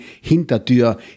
Hintertür